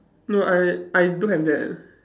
no I I don't have that